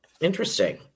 Interesting